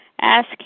Ask